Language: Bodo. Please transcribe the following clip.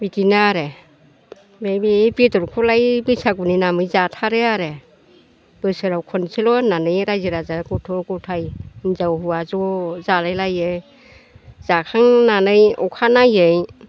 बिदिनो आरो बे बेदरखौलाय बैसागुनि नामै जाथारो आरो बोसोराव खनसेल' होननानै रायजो राजा गथ' गथाय हिनजाव हौवा ज' जालायलायो जाखांनानै अखा नायै